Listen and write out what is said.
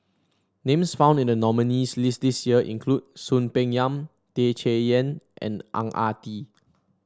names found in the nominees' list this year include Soon Peng Yam Tan Chay Yan and Ang Ah Tee